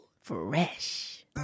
fresh